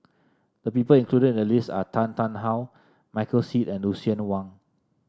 the people included in the list are Tan Tarn How Michael Seet and Lucien Wang